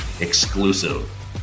Exclusive